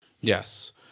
Yes